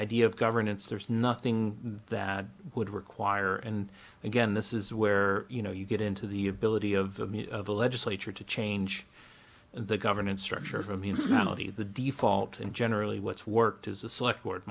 idea of governance there's nothing that would require and again this is where you know you get into the ability of the legislature to change the governance structure of a municipality the default and generally what's worked is a select